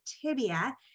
tibia